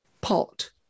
pot